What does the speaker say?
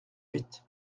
huit